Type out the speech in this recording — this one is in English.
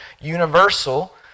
universal